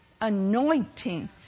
anointing